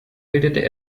bildete